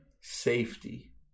safety